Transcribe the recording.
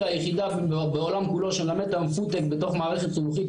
היחידה בעולם כולו שלמדת היום פודטק בתוך מערכת חינוכית,